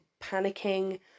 panicking